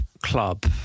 Club